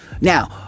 Now